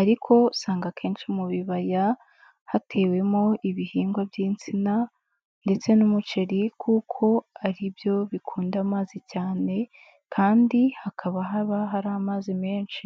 ariko usanga akenshi mu bibaya hatewemo ibihingwa by'insina ndetse n'umuceri kuko ari byo bikunda amazi cyane kandi hakaba haba hari amazi menshi.